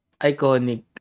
iconic